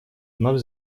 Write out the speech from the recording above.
вновь